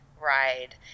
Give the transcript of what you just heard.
ride